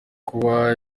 kuba